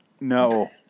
No